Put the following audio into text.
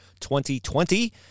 2020